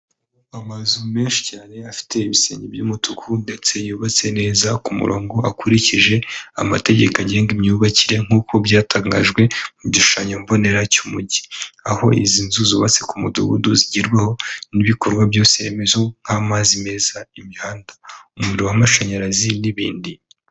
Amazu menshi cyane afite ibisenge by'umutuku ndetse yubatse neza ku murongo akurikije amategeko agenga imyubakire nk'uko byatangajwe mu gishushanyo mbonera cy'umujyi, aho izi nzu zubatse ku mudugudu zigerwaho n'ibikorwa byose remezo nk'amazi meza, imihanda, umuriro w'amashanyarazi n'ibindi.